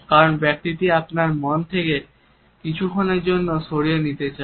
কারণ ব্যক্তিটি আপনাকে তার মন থেকে কিছুক্ষণের জন্য সরিয়ে দিতে চায়